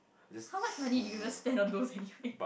how much money do you just spend on those anyway